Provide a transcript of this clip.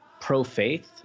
pro-faith